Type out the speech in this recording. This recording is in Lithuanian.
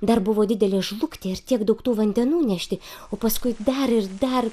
dar buvo didelė žlugtė ir tiek daug tų vandenų nešti o paskui dar ir dar